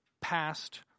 past